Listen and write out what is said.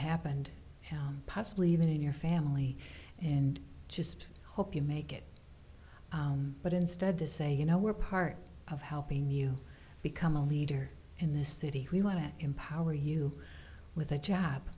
happened possibly even in your family and just hope you make it but instead to say you know we're part of helping you become a leader in this city we want to empower you with a job